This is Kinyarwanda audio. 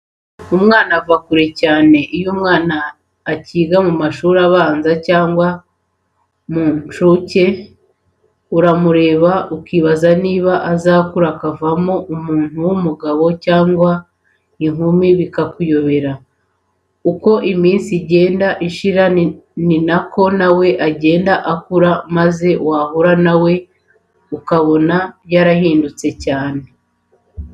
Umwana ava kure cyane. Iyo umwana akiga mu mashuri abanza cyangwa mu nshuke uramureba ukibaza niba azakura akavamo umuntu w'umugabo cyangwa inkumi bikakuyobera. Uko iminsi igenda ishira ni ko na we agenda akura maze wahura na we ukabona yarahindutse cyane.